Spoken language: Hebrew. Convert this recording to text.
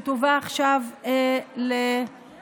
שתובא עכשיו להצבעה.